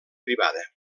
privada